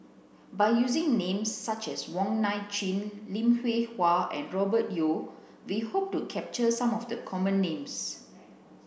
by using names such as Wong Nai Chin Lim Hwee Hua and Robert Yeo we hope to capture some of the common names